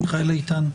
מיכאל איתן.